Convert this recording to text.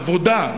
עבודה,